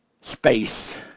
space